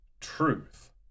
truth